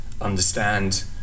understand